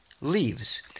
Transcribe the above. Leaves